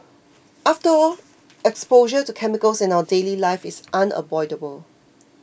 after all exposure to chemicals in our daily life is unavoidable